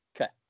Okay